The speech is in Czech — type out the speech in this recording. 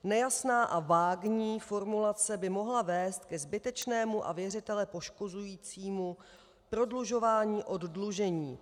Nejasná a vágní formulace by mohla vést ke zbytečnému a věřitele poškozujícímu prodlužování oddlužení.